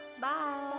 Bye